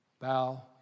Bow